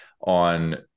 on